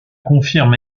confirme